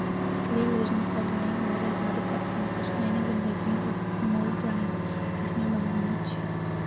اِسی لیے لٔج مےٚ سۄ ڈرایِنٛگ واریاہ زیادٕ پَسنٛد سۄ چھِ میانہِ زندگی ہٕنٛز اَکھ اَنمول ڈرایِنٛگ یۄس مےٚ بَنٲومٕژ چھےٚ